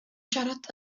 siarad